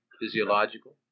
physiological